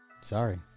Sorry